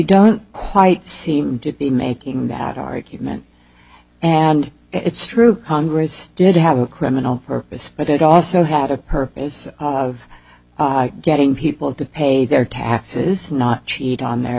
quite seem to be making that argument and it's true congress did have a criminal purpose but it also had a purpose of getting people to pay their taxes not cheat on their